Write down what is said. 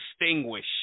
distinguish